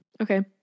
Okay